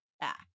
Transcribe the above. back